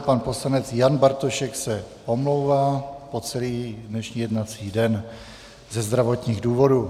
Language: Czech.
Pan poslanec Jan Bartošek se omlouvá po celý dnešní jednací den ze zdravotních důvodů.